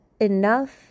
enough